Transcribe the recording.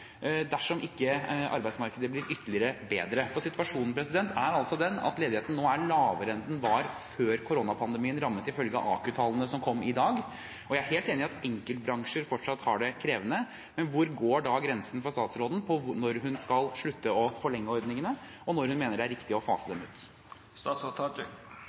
dersom ikke arbeidsmarkedet blir ytterligere bedre? For situasjonen er den at ledigheten nå er lavere enn den var før koronapandemien rammet, ifølge AKU-tallene som kom i dag. Jeg er helt enig i at enkeltbransjer fortsatt har det krevende. Men hvor går da grensen for statsråden på når hun skal slutte å forlenge ordningene, og når hun mener det er riktig å fase